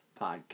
podcast